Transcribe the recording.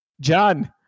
john